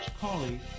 Collie